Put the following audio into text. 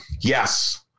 yes